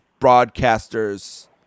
broadcasters